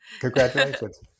Congratulations